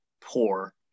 poor